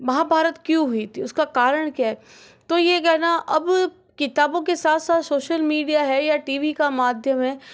महाभारत क्यों हुई थी उसका कारण क्या है तो यह कहना अब किताबों के साथ साथ शोशल मीडिया है या टी वी का माध्यम है